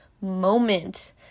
moment